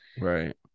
Right